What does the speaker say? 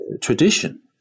tradition